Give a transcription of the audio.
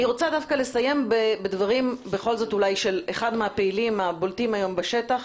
אני רוצה דווקא לסיים בדבריו של אחד הפעילים הבולטים היום בשטח,